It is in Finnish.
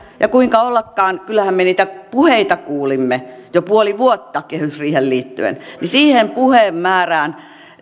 ja kuinka ollakaan kyllähän me niitä puheita kuulimme jo puoli vuotta kehysriiheen liittyen siihen puheen määrään